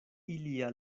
ilia